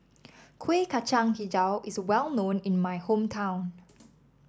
Kueh Kacang hijau is well known in my hometown